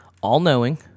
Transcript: all-knowing